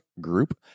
group